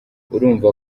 urumva